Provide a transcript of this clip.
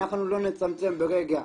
אנחנו לא נצמצם ברגע,